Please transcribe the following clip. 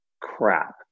crap